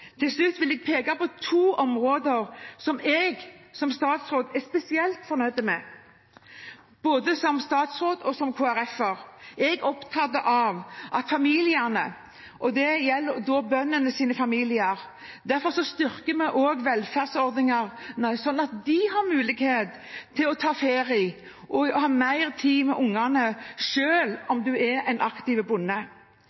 Til slutt vil jeg peke på to områder som jeg som statsråd er spesielt fornøyd med. Både som statsråd og som KrF-er er jeg opptatt av familiene, og det gjelder også bøndenes familier. Derfor styrker vi også velferdsordningene, sånn at man har mulighet til å ta ferie og ha mer tid med ungene,